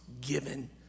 given